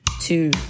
two